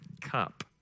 cup